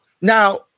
now